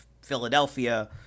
Philadelphia